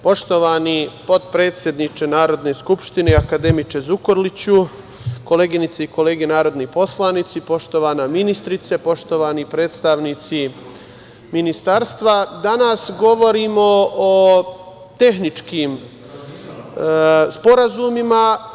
Poštovani potpredsedniče Narodne skupštine, akademiče Zukorliću, koleginice i kolege narodni poslanici, poštovana ministarko, poštovani predstavnici Ministarstva, danas govorimo o tehničkim sporazumima.